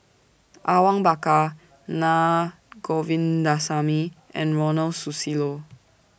Awang Bakar Naa Govindasamy and Ronald Susilo